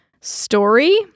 story